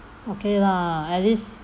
okay lah at least